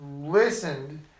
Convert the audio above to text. Listened